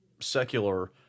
secular